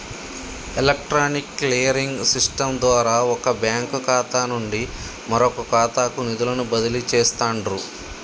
electronic clearing system ద్వారా వొక bank ఖాతా నుండి మరొకఖాతాకు నిధులను బదిలీ చేస్తండ్రు